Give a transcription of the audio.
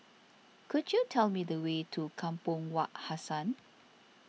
could you tell me the way to Kampong Wak Hassan